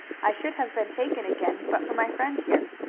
i should have been taken again but for my friend here,